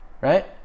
right